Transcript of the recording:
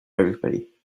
everybody